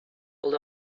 hold